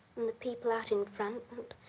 and the people out in front.